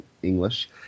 English